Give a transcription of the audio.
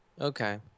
Okay